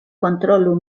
kontrolu